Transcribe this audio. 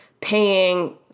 paying